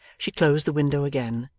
she closed the window again,